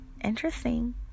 interesting